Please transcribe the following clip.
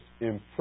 impressed